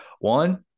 One